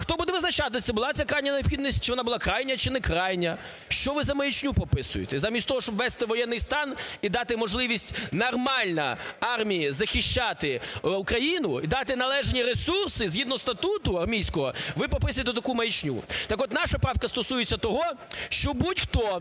хто буде визначати чи була це крайня необхідність, чи вона була крайня, чи не крайня? Що ви за маячню прописуєте замість того, щоб ввести воєнний стан і дати можливість нормально армії захищати Україну і дати належні ресурси, згідно статуту армійського, ви прописуєте таку маячню. Так от, наша правка стосується того, що будь-хто,